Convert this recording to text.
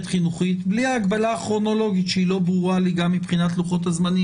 חינוכית בלי ההגבלה הכרונולוגית שהיא לא ברורה לי גם מבחינת לוחות הזמנים,